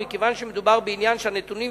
ומכיוון שמדובר בעניין שבו הנתונים,